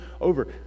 over